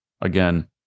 again